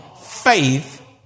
faith